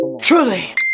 Truly